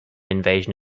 invasion